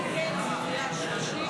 נתקבלה.